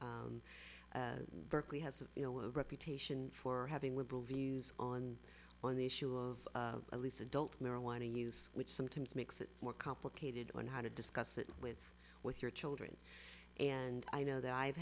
berkeley has a reputation for having liberal views on on the issue of elites adult marijuana use which sometimes makes it more complicated on how to discuss it with with your children and i know that i've